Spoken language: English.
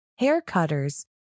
Haircutter's